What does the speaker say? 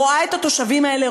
רואה את התושבים האלה,